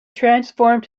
transformed